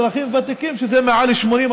אזרחים ותיקים זה מעל גיל 80,